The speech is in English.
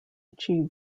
achieve